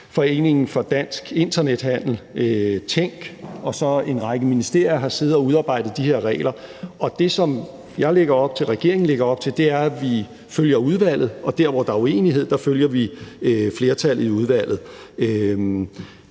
Foreningen for Dansk Internethandel, Forbrugerrådet Tænk og en række ministerier har siddet og udarbejdet de her regler. Og det, som jeg lægger op til, og som regeringen lægger op til, er, at vi følger udvalget, og at vi der, hvor der er uenighed, følger flertallet i udvalget.